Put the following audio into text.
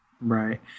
right